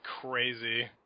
crazy